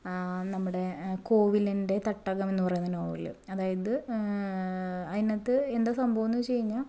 നമ്മുടെ കോവിലിന്റെ തട്ടകം എന്ന് പറയുന്ന നോവൽ അതായത് അതിനകത്ത് എന്താണ് സംഭവമെന്ന് വെച്ച് കഴിഞ്ഞാൽ